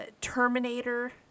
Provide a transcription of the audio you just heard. Terminator